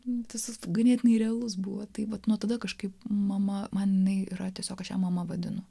vientisas ganėtinai realus buvo tai vat nuo tada kažkaip mama man jinai yra tiesiog aš jam mama vadinu